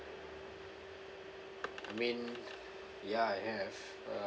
I mean ya I have uh